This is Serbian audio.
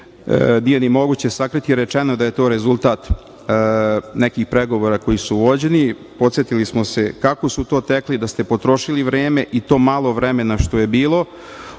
nije moguće ni sakriti. Rečeno je da je to rezultat nekih pregovora koji su vođeni, podsetili smo se kako su to tekli, da ste potrošili vreme, i to malo vremena što je bilo